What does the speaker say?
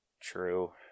True